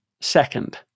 Second